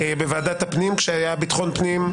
בוועדת הפנים כשהיה ביטחון פנים,